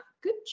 good